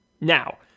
Now